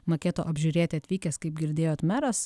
maketo apžiūrėti atvykęs kaip girdėjot meras